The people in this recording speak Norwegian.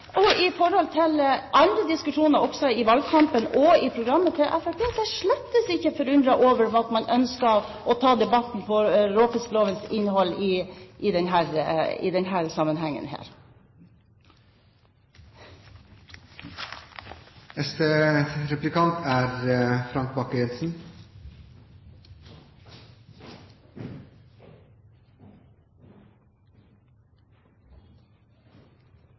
forhold til andre diskusjoner – også i valgkampen – og programmet til Fremskrittspartiet er jeg slett ikke forundret over at man ønsker å ta debatten om råfisklovens innhold i denne sammenhengen. Representanten Lillian Hansen sier i innlegget sitt at prisen skal settes av markedet. Den